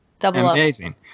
Amazing